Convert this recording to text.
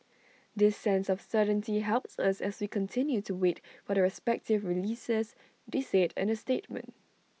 this sense of certainty helps us as we continue to wait for the respective releases they said in A statement